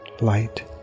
light